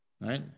Right